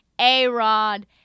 A-Rod